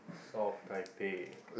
South Taipei